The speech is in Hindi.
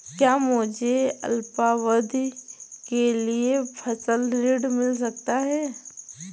क्या मुझे अल्पावधि के लिए फसल ऋण मिल सकता है?